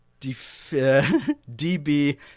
DB